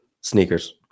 Sneakers